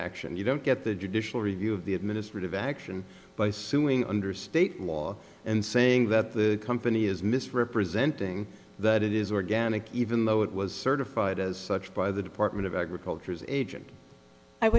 action you don't get the judicial review of the administrative action by suing under state law and saying that the company is misrepresenting that it is organic even though it was certified as such by the department of agriculture's agent